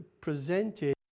presented